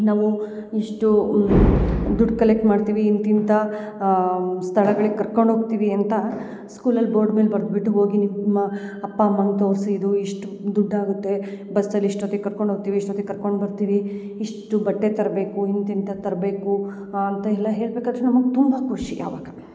ನಾವು ಇಷ್ಟು ದುಡ್ಡು ಕಲೆಕ್ಟ್ ಮಾಡ್ತೀವಿ ಇಂಥ ಇಂಥಾ ಸ್ಥಳಗಳಿಗೆ ಕರ್ಕೊಂಡು ಹೋಗ್ತೀವಿ ಅಂತ ಸ್ಕೂಲ್ ಅಲ್ಲಿ ಬೋರ್ಡ್ ಮೇಲೆ ಬರ್ದ್ಬಿಟ್ಟು ಹೋಗಿ ನೀವು ನಿಮ್ಮ ಅಪ್ಪ ಅಮ್ಮಂಗೆ ತೋರ್ಸಿ ಇದು ಇಷ್ಟು ದುಡ್ಡು ಆಗುತ್ತೆ ಬಸ್ಸಲ್ಲಿ ಇಷ್ಟೊತ್ತಿಗೆ ಕರ್ಕೊಂಡು ಹೋಗ್ತೀವಿ ಇಷ್ಟೊತ್ತಿಗೆ ಕರ್ಕೊಂಡು ಬರ್ತೀವಿ ಇಷ್ಟು ಬಟ್ಟೆ ತರ್ಬೇಕು ಇಂಥ ಇಂಥದ್ದು ತರ್ಬೇಕು ಅಂತ ಎಲ್ಲ ಹೇಳ್ಬೇಕಾದರೆ ನಮಗೆ ತುಂಬ ಖುಷಿ ಅವಾಗ